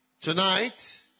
Tonight